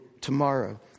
tomorrow